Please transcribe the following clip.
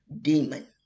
Demon